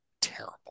terrible